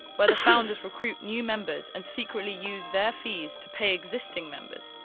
where the founders recruit new members and secretly use their fees to pay existing members,